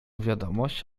wiadomość